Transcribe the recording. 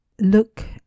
look